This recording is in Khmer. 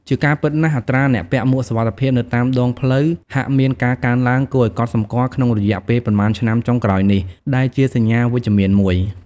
ជាការពិតណាស់ អត្រាអ្នកពាក់មួកសុវត្ថិភាពនៅតាមដងផ្លូវហាក់មានការកើនឡើងគួរឱ្យកត់សម្គាល់ក្នុងរយៈពេលប៉ុន្មានឆ្នាំចុងក្រោយនេះ ដែលជាសញ្ញាវិជ្ជមានមួយ។